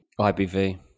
IBV